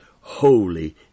holy